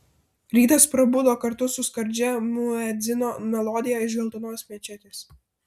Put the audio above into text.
rytas prabudo kartu su skardžia muedzino melodija iš geltonos mečetės